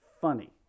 funny